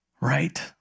right